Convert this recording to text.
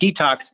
detox